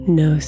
no